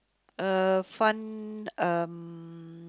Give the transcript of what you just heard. uh fun um